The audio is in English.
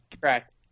correct